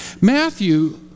Matthew